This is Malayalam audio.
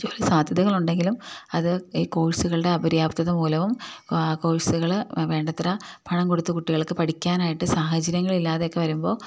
ജോലിസാധ്യതകളുണ്ടെങ്കിലും അത് ഈ കോഴ്സുകളുടെ അപര്യാപ്തത മൂലവും കോഴ്സുകള് വേണ്ടത്ര പണം കൊടുത്ത് കുട്ടികൾക്ക് പഠിക്കാനായിട്ട് സാഹചര്യങ്ങളില്ലാതെയൊക്കെ വരുമ്പോള്